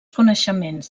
coneixements